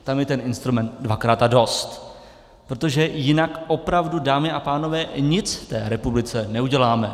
Tam je ten instrument dvakrát a dost, protože jinak opravdu, dámy a pánové, nic v té republice neuděláme!